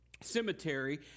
cemetery